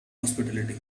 hospitality